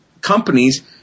companies